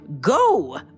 go